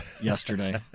yesterday